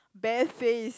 best face